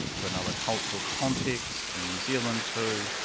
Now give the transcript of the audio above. to another cultural context and new zealand, too,